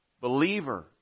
believer